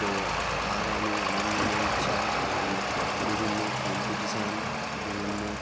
তো আর আমি আমার মনের ইচ্ছা যে আমি বিভিন্ন কম্পিটিশন বিভিন্ন